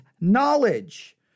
knowledge